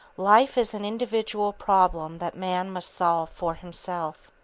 life is an individual problem that man must solve for himself.